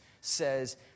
says